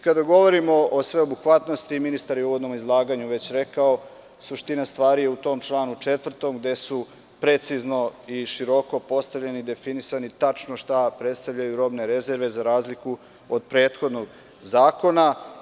Kada govorimo o sveobuhvatnosti, ministar je u uvodnom izlaganju već rekao, suština stvari je u članu 4. gde su precizno i široko postavljeni i definisani, tačno šta predstavljaju robne rezerve, za razliku od prethodnog zakona.